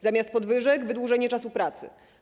Zamiast podwyżek - wydłużenie czasu pracy.